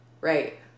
Right